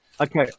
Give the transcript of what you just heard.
Okay